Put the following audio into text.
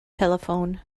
telephone